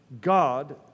God